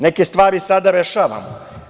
Neke stvari sada rešavamo.